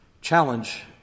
challenge